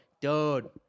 dude